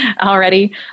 already